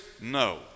no